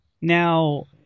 Now